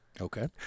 Okay